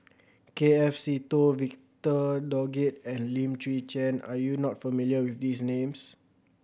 K F Seetoh Victor Doggett and Lim Chwee Chian are you not familiar with these names